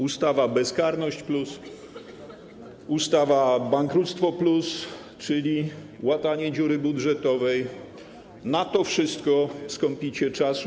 Ustawa: bezkarność+, ustawa: bankructwo+, czyli łatanie dziury budżetowej, na to wszystko skąpicie czasu.